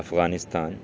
Afghanistan